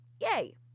yay